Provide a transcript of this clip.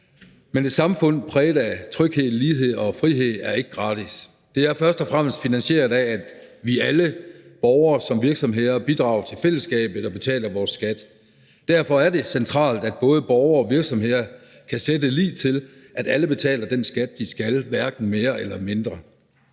Men et samfund præget af tryghed, lighed og frihed er ikke gratis. Det er først og fremmest finansieret af, at vi alle, borgere som virksomheder, bidrager til fællesskabet og betaler vores skat. Derfor er det centralt, at både borgere og virksomheder kan sætte lid til, at alle betaler den skat, de skal, hverken mere eller mindre.